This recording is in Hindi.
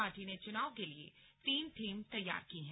पार्टी ने चुनाव के लिए तीन थीम तैयार की हैं